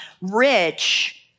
rich